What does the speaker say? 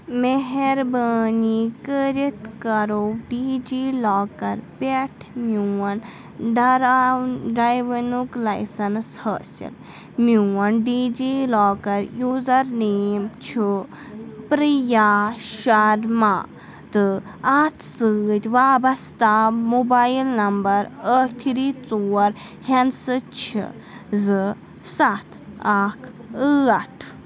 مہربٲنی کٔرِتھ کَرو ڈی جی لاکَر پٮ۪ٹھ میون ڈَراو ڈرٛایوَنُک لایسٮ۪نٕس حٲصِل میون DigiLocker user name چھُ پِرٛیا شرما تہٕ اَتھ سۭتۍ وابستہ موبایِل نمبر ٲخری ژور ہِنٛدسہٕ چھِ زٕ سَتھ اکھ ٲٹھ